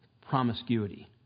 promiscuity